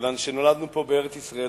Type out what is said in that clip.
כיוון שנולדנו פה בארץ-ישראל,